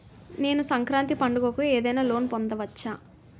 నేను సంక్రాంతి పండగ కు ఏదైనా లోన్ పొందవచ్చా?